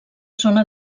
zona